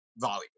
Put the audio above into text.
volume